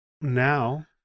now